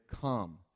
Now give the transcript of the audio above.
come